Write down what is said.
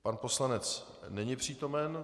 Pan poslanec není přítomen.